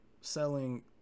selling